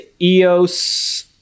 EOS